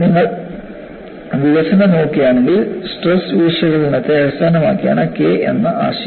നിങ്ങൾ വികസനം നോക്കുകയാണെങ്കിൽ സ്ട്രെസ് വിശകലനത്തെ അടിസ്ഥാനമാക്കിയാണ് K എന്ന ആശയം